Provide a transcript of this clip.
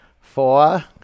Four